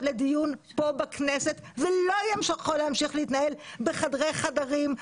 לדיון כאן בכנסת ולא יכול להמשיך להתנהל בחדרי חדרים,